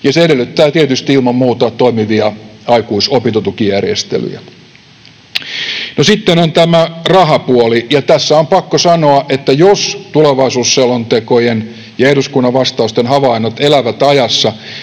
ja se edellyttää tietysti ilman muuta toimivia aikuisopintotukijärjestelyjä. No, sitten on tämä rahapuoli, ja tässä on pakko sanoa, että jos tulevaisuusselontekojen ja eduskunnan vastausten havainnot elävät ajassa,